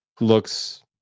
looks